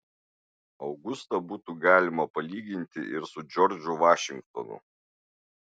augustą būtų galima palyginti ir su džordžu vašingtonu